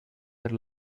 per